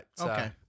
Okay